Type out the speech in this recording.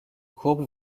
courbe